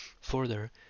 further